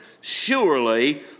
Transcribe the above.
Surely